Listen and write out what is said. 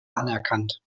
anerkannt